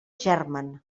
germen